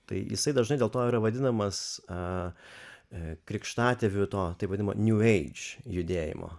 tai jisai dažnai dėl to yra vadinamas krikštatėviu to tai vadina new age judėjimo